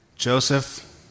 Joseph